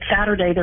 Saturday